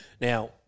Now